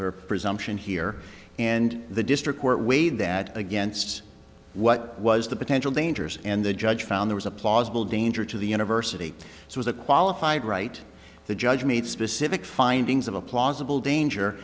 or presumption here and the district court weigh that against what was the potential dangers and the judge found there was a plausible danger to the university it was a qualified right the judge made specific findings of a plausible danger